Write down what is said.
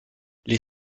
les